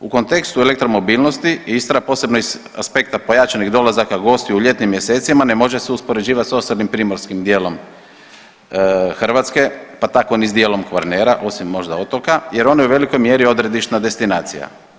U kontekstu elektromobilnosti Istra posebno iz aspekta pojačanih dolazaka gostiju u ljetnim mjesecima ne može se uspoređivati s … primorskim dijelom hrvatske, pa tako ni s djelom Kvarnera osim možda otoka jer oni u velikoj mjeri odredišna destinacija.